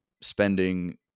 spending